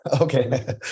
Okay